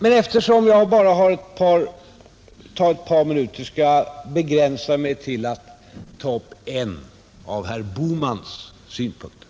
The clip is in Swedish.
Eftersom jag bara ämnar tala ett par minuter skall jag begränsa mig till detta och sedan ta upp en av herr Bohmans synpunkter.